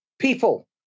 People